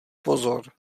pozor